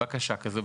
בקשה כזאת,